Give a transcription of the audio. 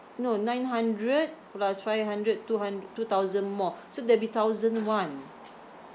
no nine hundred plus five hundred two hundre~ two thousand more so that'd be thousand one